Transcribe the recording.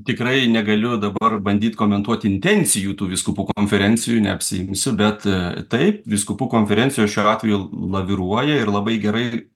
tikrai negaliu dabar bandyt komentuoti intencijų tų vyskupų konferencijų neapsiimsiu bet taip vyskupų konferencijos šiuo atveju laviruoja ir labai gerai